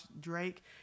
Drake